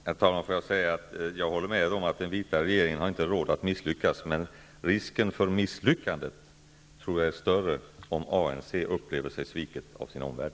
Herr talman! Jag håller med om att den vita regeringen inte har råd att misslyckas. Men risken för misslyckande tror jag är större om ANC upplever sig sviket av sin omvärld.